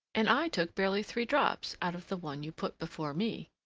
and i took barely three drops out of the one you put before me.